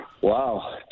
Wow